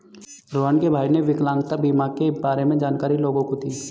रोहण के भाई ने विकलांगता बीमा के बारे में जानकारी लोगों को दी